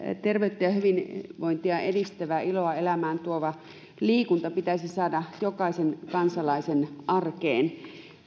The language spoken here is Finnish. terveyttä ja hyvinvointia edistävä ja iloa elämään tuova liikunta pitäisi saada jokaisen kansalaisen arkeen